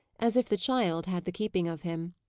as if the child had the keeping of him.